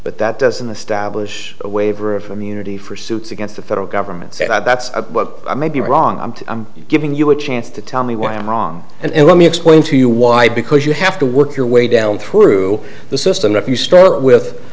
but that doesn't the stablish a waiver of immunity for suits against the federal government so that's what i may be wrong and i'm giving you a chance to tell me why i'm wrong and let me explain to you why because you have to work your way down through the system if you start with